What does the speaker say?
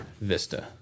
Vista